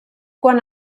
quan